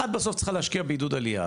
את בסוף צריכה להשקיע בעידוד עלייה,